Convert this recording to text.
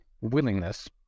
willingness